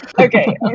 okay